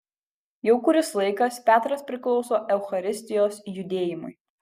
jau kuris laikas petras priklauso eucharistijos judėjimui